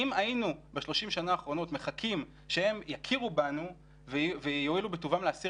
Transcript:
אם היינו ב-30 שנה האחרונות מחכים שהם יכירו בנו ויואילו בטובם להסיר